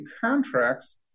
contracts